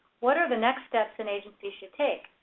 what are the next steps an agency should take?